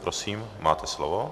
Prosím, máte slovo.